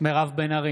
מירב בן ארי,